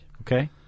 Okay